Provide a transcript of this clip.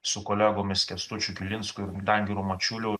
su kolegomis kęstučiu kilinsku ir dangiru mačiuliu